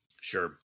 Sure